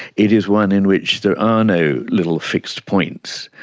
it is one in which there are no little fixed points,